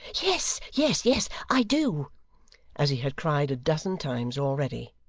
yes! yes, yes, i do as he had cried a dozen times already.